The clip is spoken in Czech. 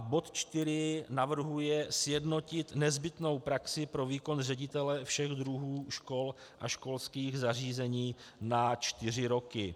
Bod 4 navrhuje sjednotit nezbytnou praxi pro výkon ředitele všech druhů škol a školských zařízení na čtyři roky.